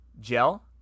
Gel